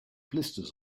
blisters